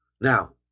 Now